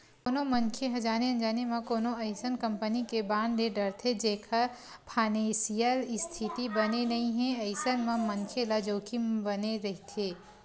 कोनो मनखे ह जाने अनजाने म कोनो अइसन कंपनी के बांड ले डरथे जेखर फानेसियल इस्थिति बने नइ हे अइसन म मनखे ल जोखिम बने रहिथे